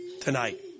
tonight